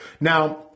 Now